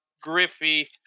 Griffey